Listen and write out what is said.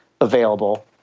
available